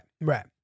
Right